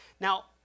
Now